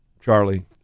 Charlie